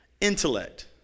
intellect